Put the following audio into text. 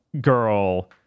girl